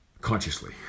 consciously